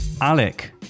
Alec